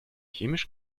chemisch